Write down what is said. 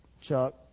Chuck